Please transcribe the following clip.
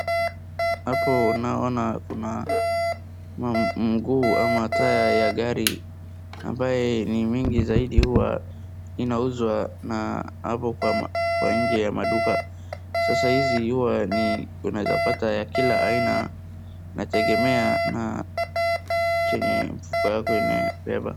Hapo naona kuna mguu ama taya ya gari, ambaye ni mingi zaidi huwa inauzwa na hapo kwa nje ya maduka, sasa hizi huwa ni unaweza pata ya kila aina, inategemea na chenye mfuko yako imebeba.